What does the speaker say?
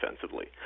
defensively